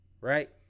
right